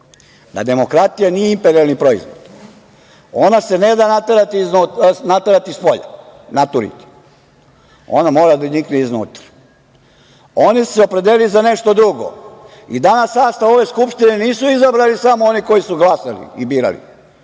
da preporučim, imperijalni proizvod. Ona se ne da naterati spolja, naturiti. Ona mora da nikne iznutra. Oni su se opredelili za nešto drugo i danas sastav ove Skupštine nisu izabrali samo oni koji su glasali i birali,